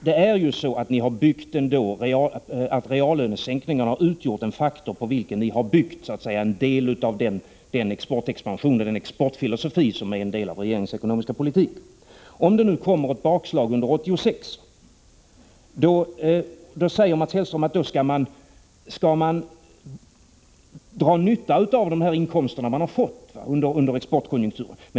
Det är ju så att reallönesänkningarna har utgjort den faktor på vilken ni har byggt den exportexpansionsfilosofi som är en del av regeringens ekonomiska politik. Om det nu kommer ett bakslag under 1986 skall man, säger Mats Hellström, dra nytta av de inkomster man har fått under exportkonjunkturen.